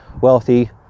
wealthy